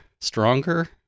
stronger